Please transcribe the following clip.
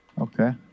Okay